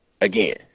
again